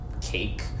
cake